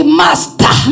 master